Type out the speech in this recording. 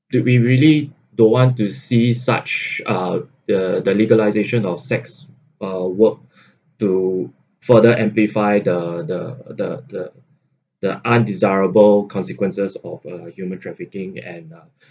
we we really don't want to see such uh the the legalisation of sex uh work to further amplify the the the the the undesirable consequences of uh human trafficking and uh